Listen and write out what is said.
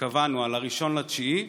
שקבענו ל-1 בספטמבר.